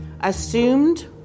assumed